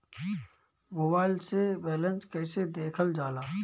Mobile से balance कइसे देखल जाला?